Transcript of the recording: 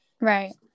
Right